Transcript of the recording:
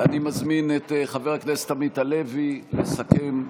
אני מזמין את חבר הכנסת עמית הלוי לסכם,